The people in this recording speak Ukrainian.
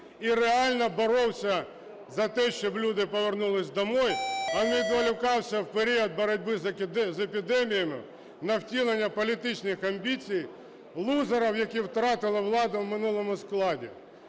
і реально боровся за те, щоб люди повернулися домой, а не відволікався в період боротьби з епідемією на втілення політичних амбіцій лузерів, які втратили владу в минулому складі.